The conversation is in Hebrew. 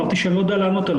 אמרתי שאני לא יודע לענות עליה.